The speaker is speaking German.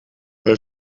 bei